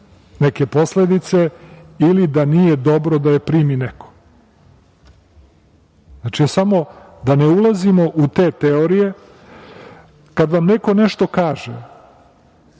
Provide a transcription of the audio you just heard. neke posledice ili da nije dobro da je primi neko. Da ne ulazimo u te teorije. Kad vam neko nešto kaže